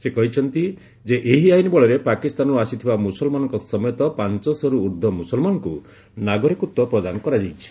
ସେ କହିଛନ୍ତି ଯେ ଏହି ଆଇନ୍ ବଳରେ ପାକିସ୍ତାନରୁ ଆସିଥିବା ମୁସଲମାନଙ୍କ ସମେତ ପାଞ୍ଚଶହରୁ ଉର୍ଦ୍ଧ୍ୱ ମୁସଲମାନଙ୍କୁ ନାଗରିକତ୍ୱ ପ୍ରଦାନ କରାଯାଇଛି